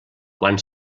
quan